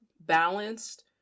balanced